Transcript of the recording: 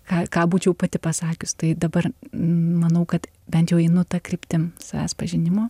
ką ką būčiau pati pasakius tai dabar manau kad bent jau einu ta kryptim savęs pažinimo